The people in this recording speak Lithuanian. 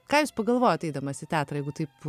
ką jūs pagalvojat eidamas į teatrą jeigu taip